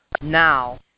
now